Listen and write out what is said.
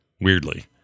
weirdly